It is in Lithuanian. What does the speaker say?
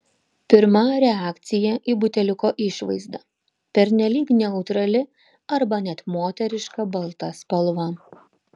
pirma reakcija į buteliuko išvaizdą pernelyg neutrali arba net moteriška balta spalva